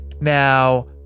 Now